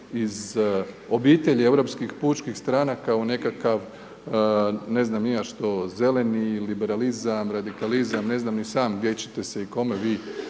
iz obitelji europskih pučkih stranaka u nekakav ne znam ni ja što, zeleni liberalizam, radikalizam, ne znam ni sam gdje čete se i kome vi